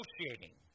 negotiating